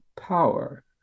power